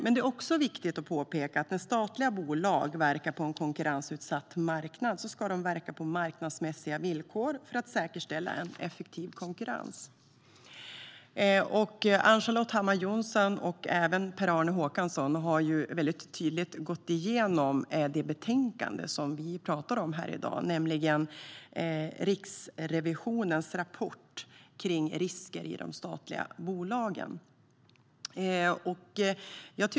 Det är också viktigt att påpeka att när statliga bolag verkar på en konkurrensutsatt marknad ska de verka på marknadsmässiga villkor för att säkerställa en effektiv konkurrens. Ann-Charlotte Hammar Johnsson och även Per-Arne Håkansson har tydligt gått igenom det betänkande som vi pratar om i dag, nämligen det om Riksrevisionens rapport kring risker i de statliga bolagen.